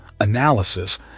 analysis